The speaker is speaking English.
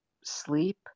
sleep